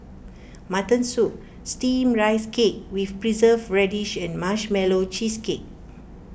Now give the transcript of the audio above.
Mutton Soup Steamed Rice Cake with Preserved Radish and Marshmallow Cheesecake